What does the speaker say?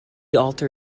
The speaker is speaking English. alter